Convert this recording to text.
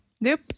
Nope